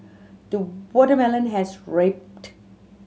the watermelon has